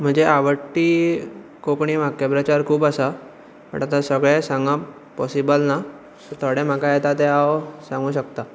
म्हजी आवडटी कोंकणी वाक्यप्रचार खूब आसा बट आतां सगळें सांगप पॉसिबल ना थोडे म्हाका येता ते हांव सांगू शकतां